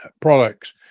products